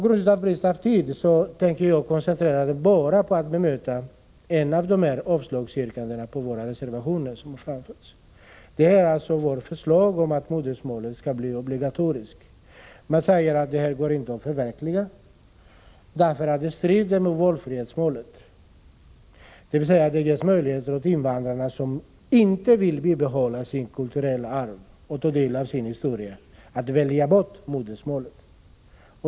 Med hänsyn till tidsbristen skall jag inskränka mig till att endast bemöta ett av yrkandena om avslag på våra reservationer. Det gäller vårt förslag att undervisningen på modersmålet skall bli obligatorisk. Man säger att det här går inte att förverkliga, därför att det strider mot valfrihetsmotsättningen — dvs. det ges möjligheter för de invandrare som inte vill begagna möjligheten att behålla sitt kulturella arv och ta del av sin historia att välja bort modersmålet.